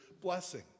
blessing